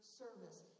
service